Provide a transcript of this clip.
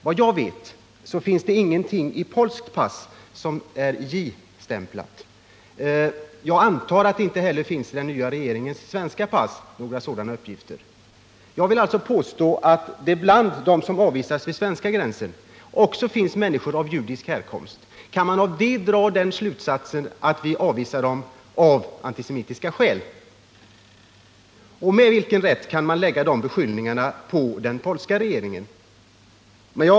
Vad jag vet finns det i polska pass ingen J-stämpel. Jag antar att det inte heller i den nya regeringens svenska pass finns några sådana uppgifter. Jag vill alltså påstå att det bland dem som avvisats vid svensk gräns också finns människor av judisk härkomst. Kan man härav dra slutsatsen att dessa människor avvisats av antisemitiska skäl? Och med vilken rätt kan en sådan beskyllning läggas på den polska regeringen?